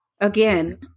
again